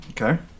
okay